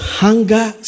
hunger